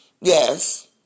Yes